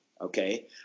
Okay